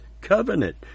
covenant